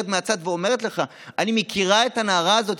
מהצד ואומרת לך: אני מכירה את הנערה הזאת,